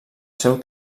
seu